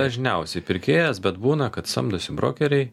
dažniausiai pirkėjas bet būna kad samdosi brokeriai